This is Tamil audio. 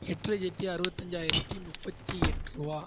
எட்டு லச்சத்தி அறுபத்தஞ்சாயிரத்தி முப்பத்தி எட்டுரூவா